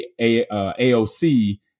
AOC